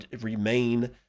remain